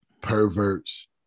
perverts